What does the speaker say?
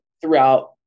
throughout